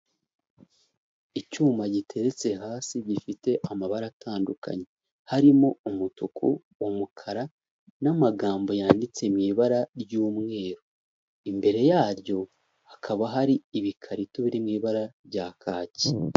Icyuma giteretse hasi gifite amabara atandukanye harimo umutuku, umukara n'amagambo yanditse mu ibara ry'umweru, imbere yaryo hakaba hari ibikarito biri mu ibara rya kaki.